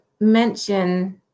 mention